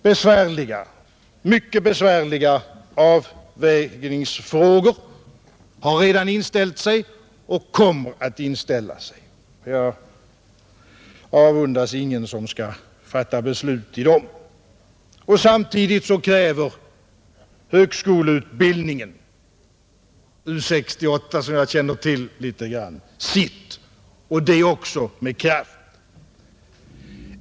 Besvärliga — mycket besvärliga — avvägningsfrågor har redan inställt sig och kommer att inställa sig. Jag avundas ingen som skall fatta beslut i dem. Samtidigt kräver högskoleutbildningen — U 68 som jag känner till litet grand — sitt, och det också med kraft.